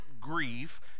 grief